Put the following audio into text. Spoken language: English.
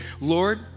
Lord